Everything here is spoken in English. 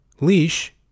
leash